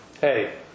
Hey